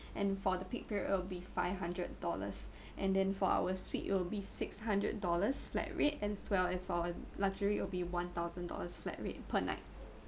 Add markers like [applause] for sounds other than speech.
and for the peak period it'll be five hundred dollars [breath] and then for our suite it will be six hundred dollars flat rate as well as for our luxury it'll be one thousand dollars flat rate per night